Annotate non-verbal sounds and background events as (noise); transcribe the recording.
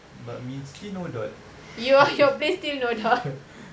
but we still no dot (laughs)